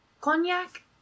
cognac